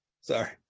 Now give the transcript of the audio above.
sorry